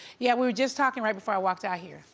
yeah, we were just talking right before i walked out here,